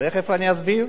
תיכף אני אסביר.